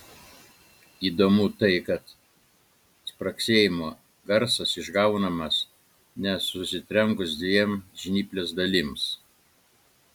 įdomu tai kad spragsėjimo garsas išgaunamas ne susitrenkus dviem žnyplės dalims